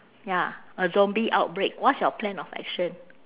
ya a zombie outbreak what's your plan of action